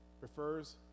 refers